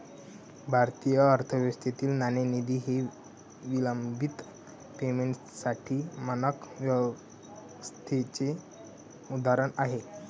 भारतीय अर्थव्यवस्थेतील नाणेनिधी हे विलंबित पेमेंटसाठी मानक व्यवस्थेचे उदाहरण आहे